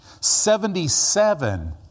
Seventy-seven